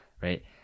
right